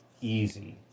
easy